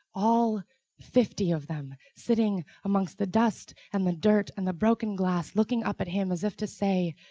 all fifty of them, sitting amongst the dust and the dirt and the broken glass looking up at him as if to say,